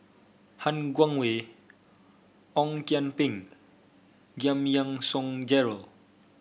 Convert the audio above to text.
Han Guangwei Ong Kian Peng Giam Yean Song Gerald